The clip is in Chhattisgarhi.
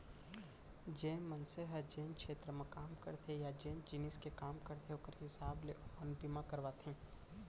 जेन मनसे ह जेन छेत्र म काम करथे या जेन जिनिस के काम करथे ओकर हिसाब ले ओमन बीमा करवाथें